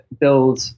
build